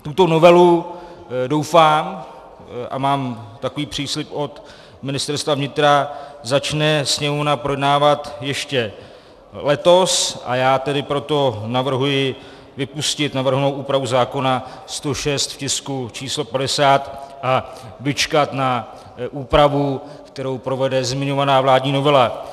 Tuto novelu, doufám, a mám takový příslib od Ministerstva vnitra, začne Sněmovna projednávat ještě letos, a já tedy proto navrhuji vypustit navrhovanou úpravu zákona 106 v tisku číslo 50 a vyčkat na úpravu, kterou provede zmiňovaná vládní novela.